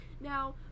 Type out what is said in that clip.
Now